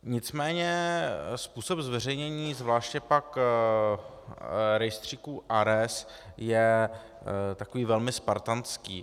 Nicméně způsob zveřejnění, zvláště pak rejstříku ARES, je takový velmi spartánský.